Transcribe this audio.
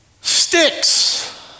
Sticks